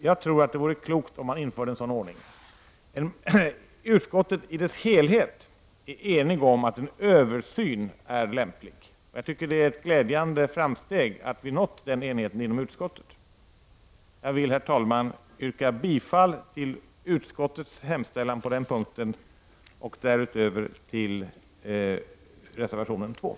Jag tror att det vore klokt om man införde en sådan ordning. Utskottet i sin helhet är enigt om att en översyn vore lämpligt. Jag tycker att det är ett glädjande framsteg att vi har nått den enigheten inom utskottet. Herr talman! Jag vill yrka bifall till reservation nr 2 och i övrigt till utskottets hemställan.